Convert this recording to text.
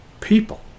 people